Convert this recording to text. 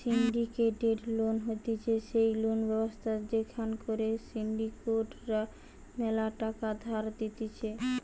syndicated loan হতিছে সেই loan ব্যবস্থা যেখান করে সিন্ডিকেট রা ম্যালা টাকা ধার দিতেছে